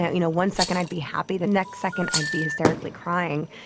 yeah you know one second i'd be happy, the next second i'd be hysterically crying.